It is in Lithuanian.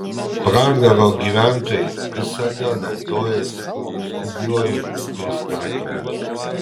pragaro gyventojai visada naudojasi skubiuoju pristatymu